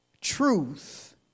truth